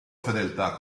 fedeltà